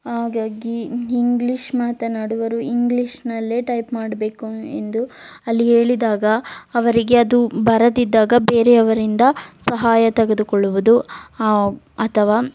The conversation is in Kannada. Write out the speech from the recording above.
ಹಾಗಾಗಿ ಇಂಗ್ಲಿಷ್ ಮಾತನಾಡುವವರು ಇಂಗ್ಲಿಷಿನಲ್ಲೇ ಟೈಪ್ ಮಾಡಬೇಕು ಎಂದು ಅಲ್ಲಿ ಹೇಳಿದಾಗ ಅವರಿಗೆ ಅದು ಬರದಿದ್ದಾಗ ಬೇರೆಯವರಿಂದ ಸಹಾಯ ತೆಗೆದುಕೊಳ್ಳುವುದು ಅಥವಾ